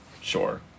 sure